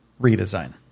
redesign